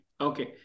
okay